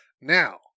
Now